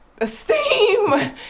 esteem